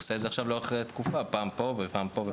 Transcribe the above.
אלא לאורך תקופה פעם פה ופעם פה,